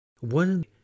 One